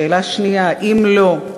2. אם לא,